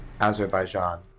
Azerbaijan